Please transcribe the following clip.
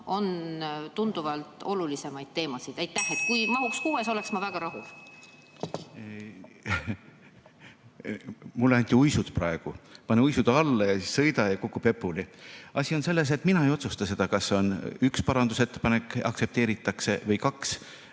on tunduvalt olulisemaid objekte. (Juhataja helistab kella.) Kui mahuks ka kuues, oleks ma väga rahul. Mulle anti uisud praegu. Pane uisud alla ja siis sõida ja kuku pepuli! Asi on selles, et mina ei otsusta seda, kas üks parandusettepanek aktsepteeritakse või kaks.